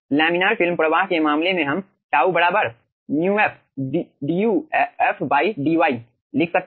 laminar film प्रवाह के मामले में हम τ μf du f dy लिख सकते हैं